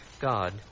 God